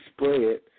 spread